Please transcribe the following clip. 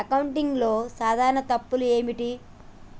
అకౌంటింగ్లో సాధారణ తప్పులు ఏమిటి?